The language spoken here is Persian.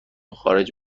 خارج